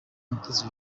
mutesi